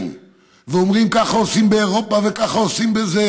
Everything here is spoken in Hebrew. ואומרים: כך עושים באירופה ועושים בזה,